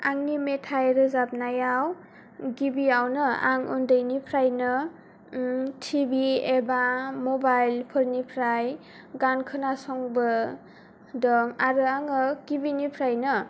आंनि मेथाइ रोजाबनायाव गिबियावनो आं उन्दैनिफ्रायनो ओम टि भि बा मबाइलफोरनिफ्राय गान खोनासंबोदों आरो आङो गिबिनिफ्रायनो